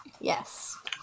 Yes